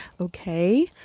okay